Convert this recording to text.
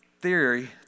theory